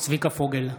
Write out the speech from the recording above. צביקה פוגל,